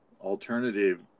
alternative